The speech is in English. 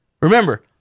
Remember